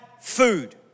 food